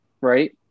right